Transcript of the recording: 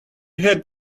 had